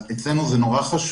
אצלנו העניין הזה מאוד חשוב.